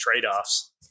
trade-offs